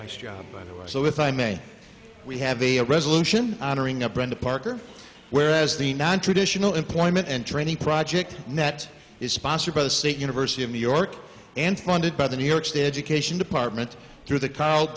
nice job so if i may we have a resolution honoring up brenda parker whereas the non traditional employment and training project net is sponsored by the state university of new york and funded by the new york state education department through the c